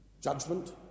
Judgment